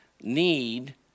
need